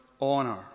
honor